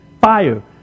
fire